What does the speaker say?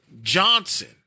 Johnson